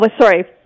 Sorry